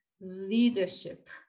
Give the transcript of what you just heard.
leadership